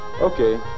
Okay